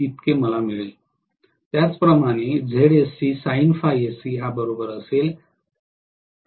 तर मला मिळेल